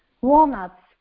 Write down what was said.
walnuts